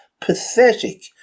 pathetic